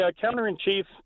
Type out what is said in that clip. counter-in-chief